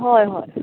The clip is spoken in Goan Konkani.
हय हय